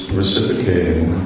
reciprocating